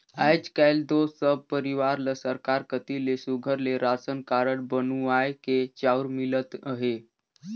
आएज काएल दो सब परिवार ल सरकार कती ले सुग्घर ले रासन कारड बनुवाए के चाँउर मिलत अहे